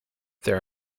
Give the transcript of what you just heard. there